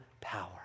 power